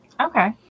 Okay